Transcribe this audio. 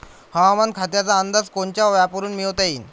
हवामान खात्याचा अंदाज कोनच्या ॲपवरुन मिळवता येईन?